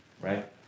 Right